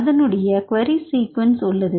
அதனுடைய query sequence உள்ளது